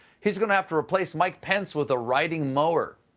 he's going to have to replace mike pence with a riding mower.